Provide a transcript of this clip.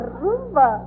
rumba